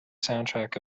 soundtrack